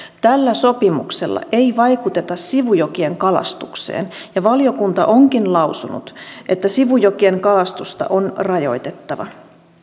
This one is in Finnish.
tällä sopimuksella ei vaikuteta sivujokien kalastukseen ja valiokunta onkin lausunut että sivujokien kalastusta on rajoitettava